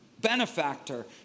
benefactor